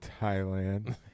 Thailand